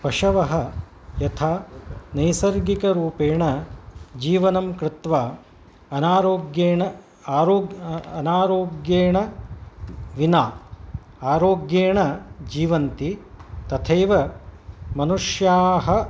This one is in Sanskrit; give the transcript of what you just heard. पशवः यथा नैसर्गिकरूपेण जीवनं कृत्वा अनारोग्येण आरोग् अनारोग्येण विना आरोग्येण जीवन्ति तथैव मनुष्याः